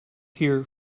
hear